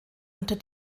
unter